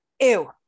ew